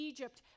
Egypt